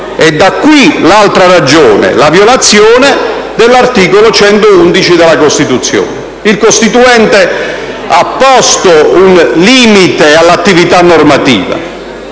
corpo l'altra ragione, cioè la violazione dell'articolo 111 della Costituzione. Il Costituente ha posto un limite all'attività normativa,